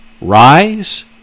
rise